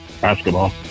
Basketball